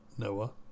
Noah